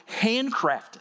handcrafted